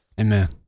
amen